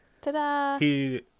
Ta-da